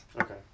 Okay